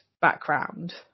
background